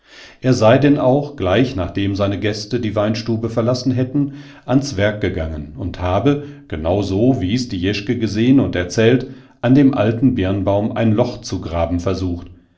er sei denn auch gleich nachdem seine gäste die weinstube verlassen hätten ans werk gegangen und habe genau so wie's die jeschke gesehn und erzählt an dem alten birnbaum ein loch zu graben versucht